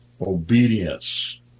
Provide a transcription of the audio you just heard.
obedience